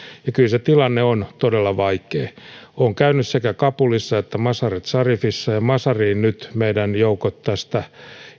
ja kyllä se tilanne on todella vaikea olen käynyt sekä kabulissa että mazar i sharifissa ja mazariin nyt meidän joukot tästä